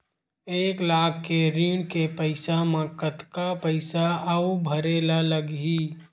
एक लाख के ऋण के पईसा म कतका पईसा आऊ भरे ला लगही?